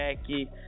Jackie